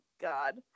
God